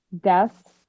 deaths